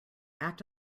act